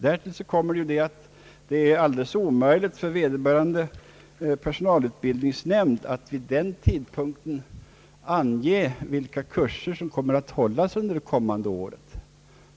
Därtill kommer att det är omöjligt för vederbörande personalutbildningsnämnd att vid den tidpunkten ange vilka kurser som kommer att hållas under det kommande året.